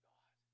God